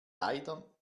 leider